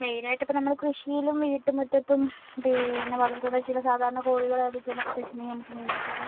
മെയിനായിട്ട് ഇപ്പം നമ്മൾ കൃഷിയിലും വീട്ടുമുറ്റത്തും പിന്നെ വളർത്തുന്ന ചില സാധാരണ കോഴികൾ ഏതൊക്കെയാണ് എന്നൊക്കെ ചോദിച്ചിട്ടുണ്ടെങ്കിൽ നമുക്ക് മെയിനായിട്ട് പറയാം